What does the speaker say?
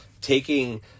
taking